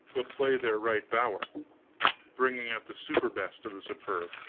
but play their right bower bring out the superbest of the superb,